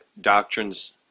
doctrines